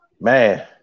Man